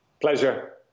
Pleasure